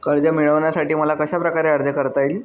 कर्ज मिळविण्यासाठी मला कशाप्रकारे अर्ज करता येईल?